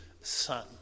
son